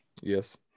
Yes